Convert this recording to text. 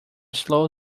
slow